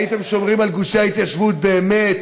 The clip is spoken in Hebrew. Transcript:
הייתם שומרים על גושי ההתיישבות באמת,